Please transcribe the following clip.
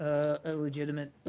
a legitimate